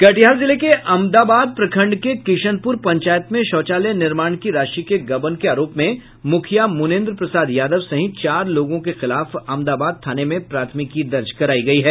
कटिहार जिले के अमदाबाद प्रखंड के किशनपुर पंचायत में शौचालय निर्माण की राशि के गबन के आरोप में मुखिया मुनेंद्र प्रसाद यादव सहित चार लोगों के खिलाफ अमदाबाद थाने में प्राथमिकी दर्ज करायी गयी है